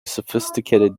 sophisticated